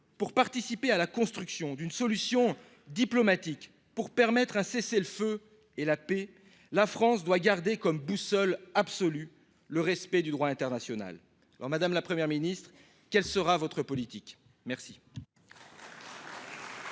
Pour participer à la construction d’une solution diplomatique, pour permettre un cessez-le-feu et la paix, la France doit garder comme boussole absolue le respect du droit international. Madame la Première ministre, quelle sera votre politique ? La